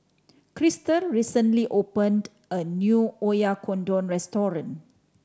Chrystal recently opened a new Oyakodon Restaurant